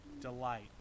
delight